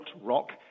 rock